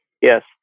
Yes